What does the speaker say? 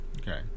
Okay